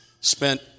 Spent